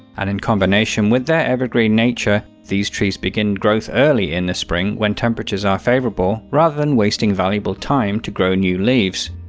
and in combination with their evergreen nature, these trees to begin growth early in the spring when temperatures are favorable, rather than wasting valuable time to grow new leaves.